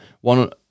one